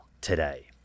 today